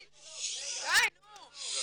--- בבקשה,